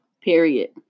Period